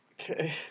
Okay